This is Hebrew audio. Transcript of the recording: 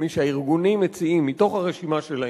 מי שהארגונים מציעים מתוך הרשימה שלהם.